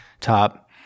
top